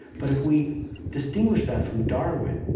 but if we distinguish that from darwin,